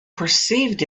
perceived